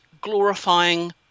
glorifying